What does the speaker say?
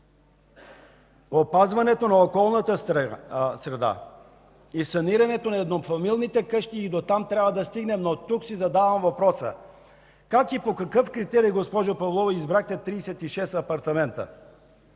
Опазването на околната среда и санирането на еднофамилните къщи – и до там трябва да стигне, но тук си задавам въпроса: как и по какъв критерий, госпожо Павлова, избрахте 36 апартамента?